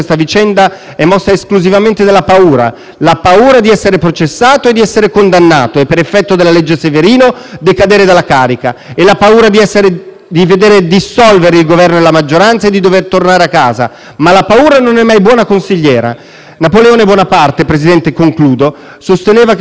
Severino, decadere dalla carica e la paura di vedere dissolvere il Governo e la maggioranza e dover tornare a casa. Ma la paura non è mai buona consigliera. Napoleone Bonaparte sosteneva che ci sono due modi per far muovere gli uomini: l'interesse e la paura. In questa vicenda pare che sia Salvini,